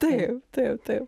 taip taip taip